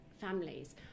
families